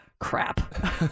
crap